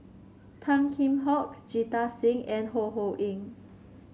Tan Kheam Hock Jita Singh and Ho Ho Ying